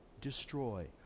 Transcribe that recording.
destroy